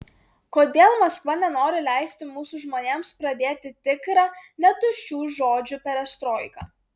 kodėl maskva nenori leisti mūsų žmonėms pradėti tikrą ne tuščių žodžių perestroiką